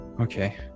Okay